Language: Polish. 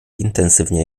intensywnie